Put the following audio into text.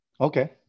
Okay